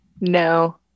No